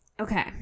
Okay